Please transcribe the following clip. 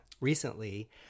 recently